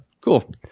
Cool